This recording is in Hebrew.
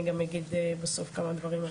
אני גם אגיד בסוף כמה דברים.